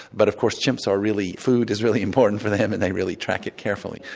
but of course chimps are really food is really important for them and they really track it carefully.